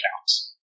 accounts